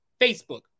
Facebook